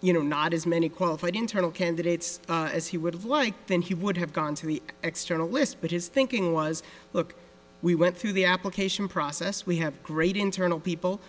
you know not as many qualified internal candidates as he would have liked then he would have gone to the external list but his thinking was look we went through the application process we have great internal people